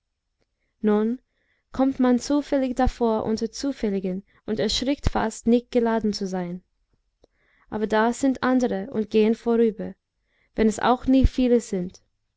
nun kommt man zufällig davor unter zufälligen und erschrickt fast nicht geladen zu sein aber da sind andere und gehen vorüber wenn es auch nie viele sind